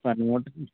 sir నూట